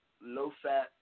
low-fat